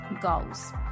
goals